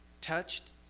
touched